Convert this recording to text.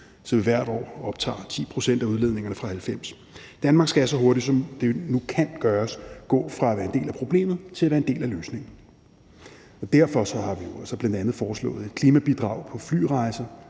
så vi hvert år optager 10 pct. af udledningerne fra 1990 . Danmark skal så hurtigt, som det nu kan gøres, gå fra at være en del af problemet til at være en del af løsningen. Derfor har vi bl.a. foreslået et klimabidrag på flyrejser,